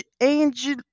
Angel